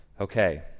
Okay